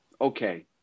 okay